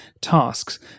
tasks